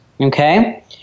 okay